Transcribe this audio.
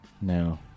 No